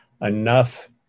enough